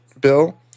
Bill